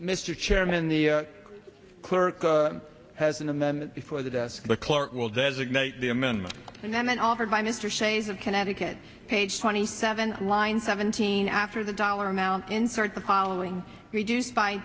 mr chairman the clerk has an amendment before the desk the clerk will designate the amendment and then offered by mr shays of connecticut page twenty seven line seventeen after the dollar amount insert the following reduced by